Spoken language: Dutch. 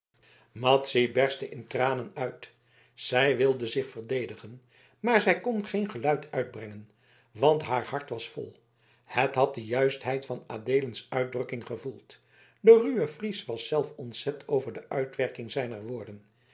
madzy berstte in tranen uit zij wilde zich verdedigen maar zij kon geen geluid uitbrengen want haar hart was vol het had de juistheid van adeelens uitdrukking gevoeld de ruwe fries was zelf ontzet over de uitwerking zijner woorden